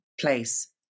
place